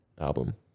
album